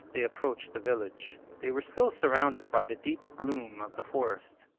they approached the village. they were still surrounded by the deep gloom of the forest.